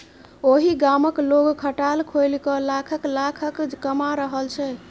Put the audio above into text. ओहि गामक लोग खटाल खोलिकए लाखक लाखक कमा रहल छै